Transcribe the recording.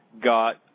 got